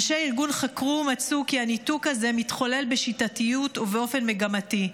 אנשי הארגון חקרו ומצאו כי הניתוק הזה מתחולל בשיטתיות ובאופן מגמתי.